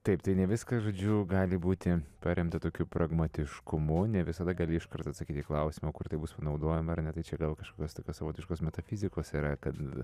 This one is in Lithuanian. taip tai ne viskas žodžiu gali būti paremta tokiu pragmatiškumu ne visada gali iškart atsakyti į klausimą kur tai bus panaudojama ar ne tai čia vėl kažkas tokios savotiškos metafizikos yra kad